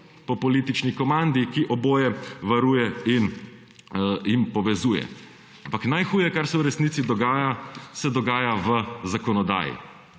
po politični komandi, ki oboje varuje in povezuje. Ampak najhuje, kar se v resnici dogaja, se dogaja v zakonodaji.